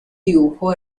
dibujo